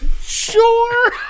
Sure